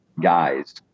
guys